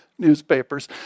newspapers